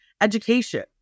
education